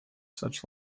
such